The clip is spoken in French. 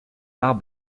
l’art